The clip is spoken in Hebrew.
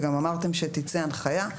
גם אמרתם שתצא הנחיה.